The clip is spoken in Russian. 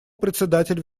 председатель